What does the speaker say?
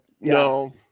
no